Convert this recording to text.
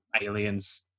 aliens